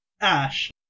Ash